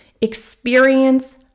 experience